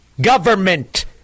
Government